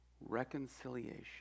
reconciliation